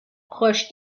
roche